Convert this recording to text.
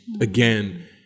again